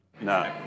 No